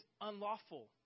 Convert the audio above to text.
unlawful